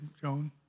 Joan